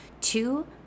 two